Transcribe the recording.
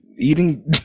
eating